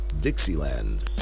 Dixieland